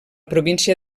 província